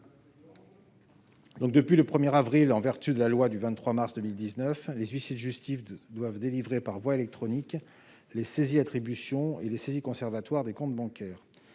Depuis le 1 avril dernier, en vertu de la loi du 23 mars 2019, les huissiers de justice doivent délivrer par voie électronique les saisies attribution et les saisies conservatoires des comptes bancaires.